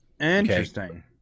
interesting